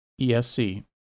ESC